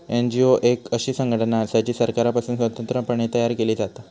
NGO एक अशी संघटना असा जी सरकारपासुन स्वतंत्र पणे तयार केली जाता